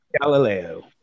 Galileo